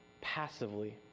passively